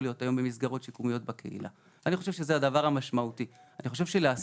אלה שתי מסגרות שנקראות קהילה אקולוגית --- כמו שאמרתי,